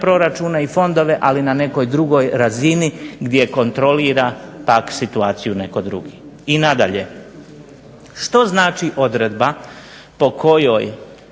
proračune i fondove ali na nekoj drugoj razini gdje kontrolira pak situaciju netko drugi. I nadalje, što znači odredba po kojoj